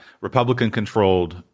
republican-controlled